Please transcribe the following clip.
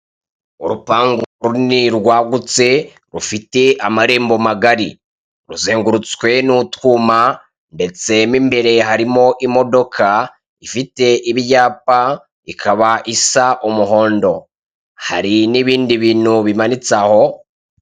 Urupangu runini rwagutse rufite amarembo magari ruzengurutswe nutwuma ndetse mimbere harimo imodoka ifite ibyapa ikaba isa umuhondo hari nibindi bintu bimanitse aho.